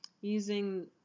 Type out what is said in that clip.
using